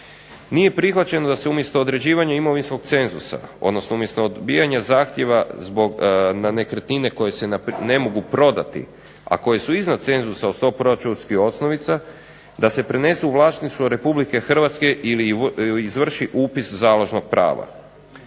Nije prihvaćeno da se umjesto određivanja imovinskog cenzusa odnosno umjesto odbijanja zahtjeva na nekretnine koje se ne mogu prodati, a koje su iznad cenzusa od 100 proračunskih osnovica da se prenesu u vlasništvo Republike Hrvatske ili izvrši upis založnog prava.